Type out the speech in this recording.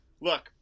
Look